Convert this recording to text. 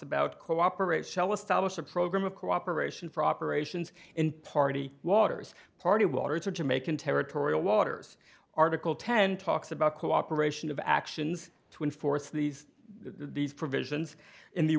about cooperate shell establish a program of cooperation for operations and party waters party water to jamaican territorial waters article ten talks about cooperation of actions to enforce these these provisions in the